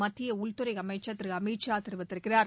மத்திய உள்துறை அமைச்சர் திரு அமித் ஷா கூறியிருக்கிறார்